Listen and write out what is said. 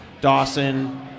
Dawson